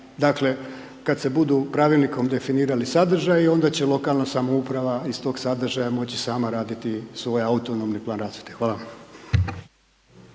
Dakle kad se budu pravilnikom definirali sadržaji onda će lokalna samouprava iz tog sadržaja moći sama raditi svoji autonomni plan rasvjete. Hvala.